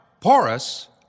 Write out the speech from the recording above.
porous